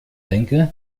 denke